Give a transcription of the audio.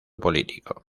político